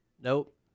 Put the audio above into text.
Nope